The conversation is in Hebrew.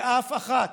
באף אחת.